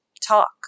talk